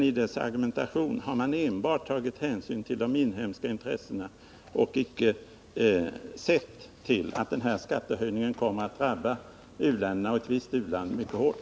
I sin argumentation har utskottet enbart tagit hänsyn till de inhemska intressena och inte sett till att tullhöjningen kommer att drabba u-länderna — och i synnerhet ett visst u-land — mycket hårt.